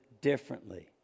differently